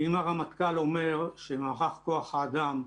ואם הרמטכ"ל אומר שמערך כוח האדם,